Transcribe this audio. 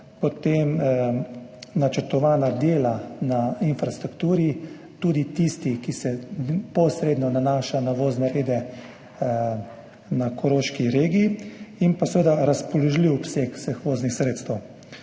potem načrtovana dela na infrastrukturi, tudi tisti, ki se posredno nanaša na vozne rede v koroški regiji, in pa, seveda, razpoložljiv obseg vseh voznih sredstev.